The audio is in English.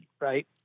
right